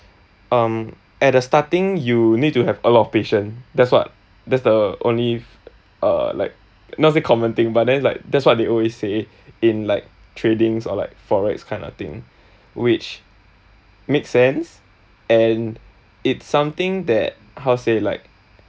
um at the starting you need to have a lot of patient that's what that's the only uh like not say common thing but then like that's what they always say in like tradings or like forex kind of thing which makes sense and it's something that how say like